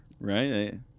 right